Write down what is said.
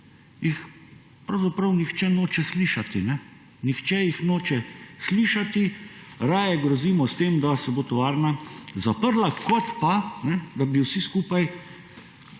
jih pravzaprav nihče noče slišati. Nihče jih noče slišati, raje grozimo s tem, da se bo tovarna zaprla, kot pa da bi vsi skupaj